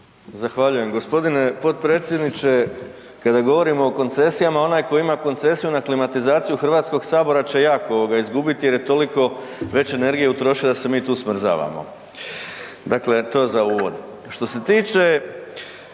Zahvaljujem g. potpredsjedniče. Kada govorimo o koncesijama, onaj koji ima koncesiju na klimatizaciju HS će jako izgubiti jer je toliko već energije utrošio da se mi tu smrzavamo. Dakle, to za uvod. Što se tiče